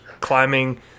climbing